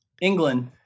England